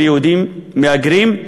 של יהודים מהגרים,